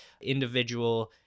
individual